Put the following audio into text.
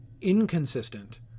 inconsistent